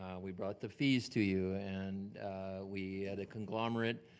um we brought the fees to you and we had a conglomerate